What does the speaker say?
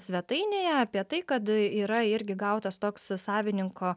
svetainėje apie tai kad yra irgi gautas toks savininko